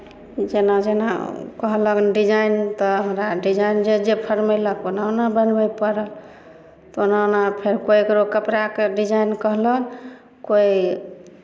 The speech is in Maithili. जेना जेना कहलक डिजाइन तऽ हमरा डिजाइन जे जे फरमयलक ओना ओना बनबय पड़ल तऽ ओना ओना फेर ककरो कपड़ाके डिजाइन कहलक कोइ